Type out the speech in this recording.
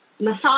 massage